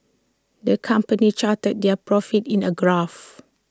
the company charted their profits in A graph